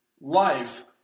life